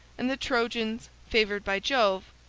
and the trojans, favored by jove,